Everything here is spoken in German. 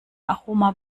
aroma